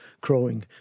crowing